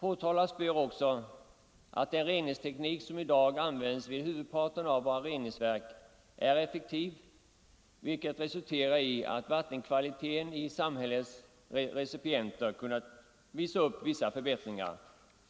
Nämnas bör också att den reningsteknik som i dag används vid huvudparten av våra reningsverk är effektiv och har resulterat i att vattenkvaliteten i samhällens recipienter nu kan visa upp förbättringar.